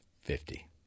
Fifty